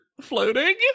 floating